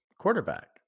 quarterback